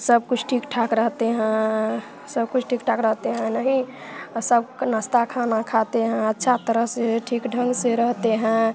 सब कुछ ठीक ठाक रहते हैं सब कुछ ठीक ठाक रहते हैं नहीं सब नास्ता खाना खाते हैं अच्छा तरह से ठीक ढंग से रहते हैं